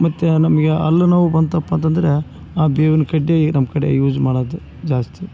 ಮತ್ತು ನಮಗೆ ಹಲ್ಲು ನೋವು ಬಂತಪ್ಪ ಅಂತಂದರೆ ಆ ಬೇವಿನ ಕಡ್ಡಿ ನಮ್ಮ ಕಡೆ ಯೂಸ್ ಮಾಡೋದು ಜಾಸ್ತಿ